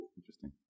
interesting